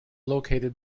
located